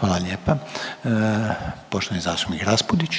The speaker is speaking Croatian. Hvala lijepa. Poštovani zastupnik Raspudić.